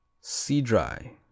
sea-dry